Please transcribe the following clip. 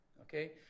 Okay